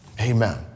Amen